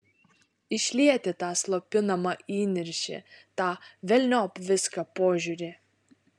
išlieti tą slopinamą įniršį tą velniop viską požiūrį